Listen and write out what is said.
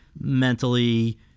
mentally